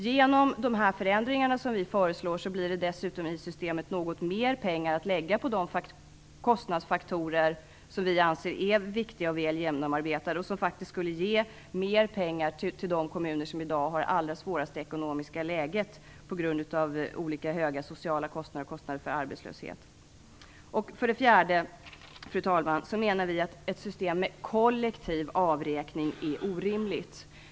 Genom de förändringar som vi föreslår blir det dessutom något mer pengar i systemet som kan läggas på de kostnadsfaktorer som vi anser är viktiga och väl genomarbetade. Det skulle också ge mer pengar till de kommuner som i dag har det allra svåraste ekonomiska läget, på grund av höga sociala kostnader och kostnader för arbetslöshet. För det fjärde menar vi att ett system med kollektiv avräkning är orimligt.